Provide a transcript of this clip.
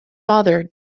father